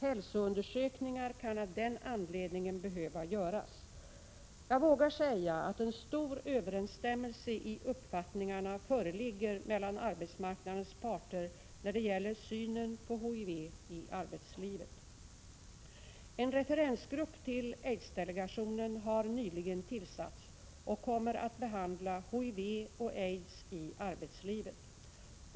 Hälsoundersökningar kan av den anledningen behöva göras. Jag vågar säga att en stor överensstämmelse i uppfattningarna föreligger mellan arbetsmarknadens parter när det gäller synen på HIV i arbetslivet. En referensgrupp till aidsdelegationen har nyligen tillsatts och kommer att behandla HIV och aids i arbetslivet.